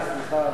סליחה.